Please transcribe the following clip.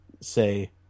say